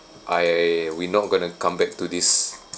I we not going to come back to this